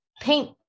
paint